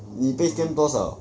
你被 scam 多少